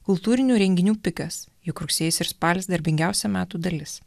kultūrinių renginių pikas juk rugsėjis ir spalis darbingiausia metų dalis